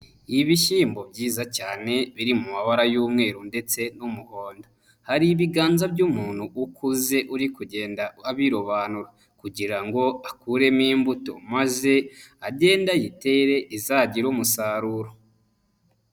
Ibishyimbo byiza cyane biri mu mabara y'umweru ndetse n'umuhondo, hari ibiganza by'umuntu ukuze uri kugenda abirobanura kugira ngo akuremo imbuto, maze agende ayitere izagire umusaruro.